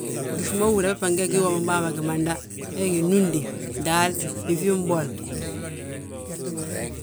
Gyíŧi ma húri yaa bég bà nge wii womin bàa ma gimanda: He gí núndi, daal, yíŧi mbol,